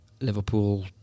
Liverpool